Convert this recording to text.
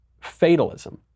fatalism